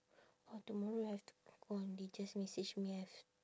orh tomorrow I have to go on they just message me have